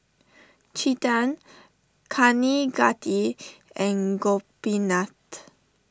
Chetan Kaneganti and Gopinath